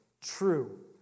true